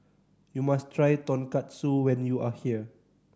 you must try Tonkatsu when you are here